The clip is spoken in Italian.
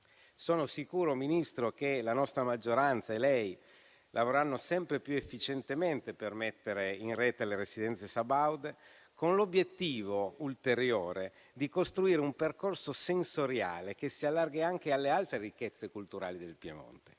Sono sicuro, Ministro, che la nostra maggioranza e lei lavorerete sempre più efficientemente per mettere in rete le residenze sabaude, con l'obiettivo ulteriore di costruire un percorso sensoriale che si allarghi anche alle altre ricchezze culturali del Piemonte.